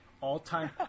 All-time